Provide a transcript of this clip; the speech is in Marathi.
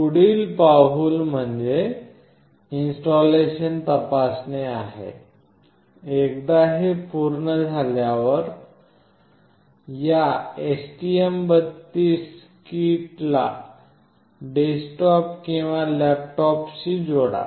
पुढील पाऊल म्हणजे इंस्टॉलेशन तपासणे आहे एकदा हे पूर्ण झाल्यावर या STM32 किटला डेस्कटॉप किंवा लॅपटॉपशी जोडा